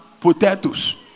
potatoes